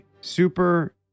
super